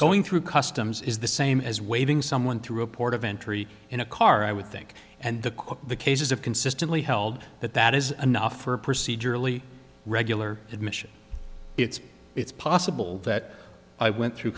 going through customs is the same as waving someone through a port of entry in a car i would think and the court the cases of consistently held that that is enough for procedurally regular admission it's it's possible that i went through